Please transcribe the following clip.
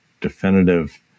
definitive